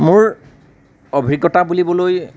মোৰ অভিজ্ঞতা বুলিবলৈ